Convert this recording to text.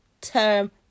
term